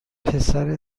پسر